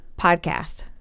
Podcast